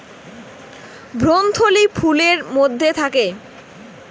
ভ্রূণথলি ফুলের মধ্যে থাকে